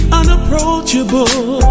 unapproachable